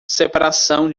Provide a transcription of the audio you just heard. separação